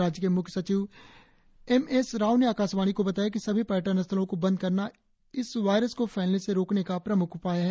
राज्य के मुख्य सचिव एम एस राव ने आकाशवाणी को बताया कि सभी पर्यटन स्थलों को बंद करना इस वायरस को फैलने से रोकने का प्रमुख उपाय है